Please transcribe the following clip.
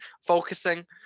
focusing